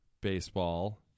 baseball